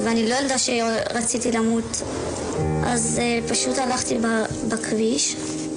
ואני מבינה שמורים מתחילים להגיע לשימוע